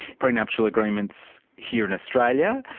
prenuptial agreements here in australia,